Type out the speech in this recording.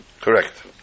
Correct